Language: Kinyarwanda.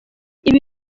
ibi